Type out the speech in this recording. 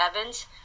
Evans